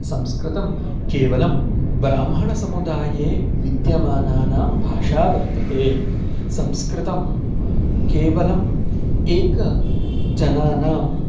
संस्कृतं केवलं ब्राह्मणसमुदाये विद्यमाना भाषा वर्तते संस्कृतं केवलम् एक जनानाम्